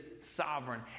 sovereign